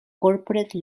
corporate